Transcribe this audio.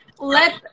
let